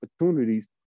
opportunities